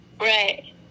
Right